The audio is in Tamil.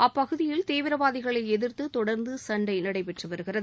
அப்பகுதியில் தீவிரகளை எதிர்த்து தொடர்ந்து சண்டை நடைபெற்று வருகிறது